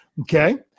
Okay